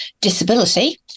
disability